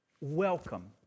Welcome